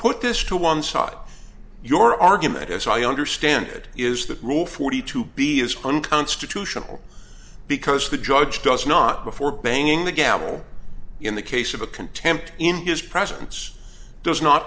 put this to one side your argument as i understand it is that rule forty two b is unconstitutional because the judge does not before banging the gavel in the case of a contempt in his presence does not